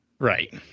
Right